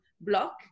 block